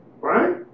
right